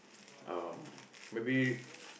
um maybe